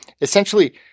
Essentially